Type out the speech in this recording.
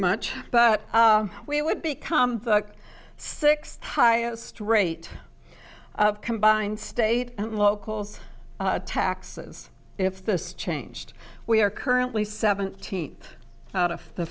much but we would become the sixth highest rate of combined state and locals taxes if this changed we are currently seventeenth out of the